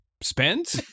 spent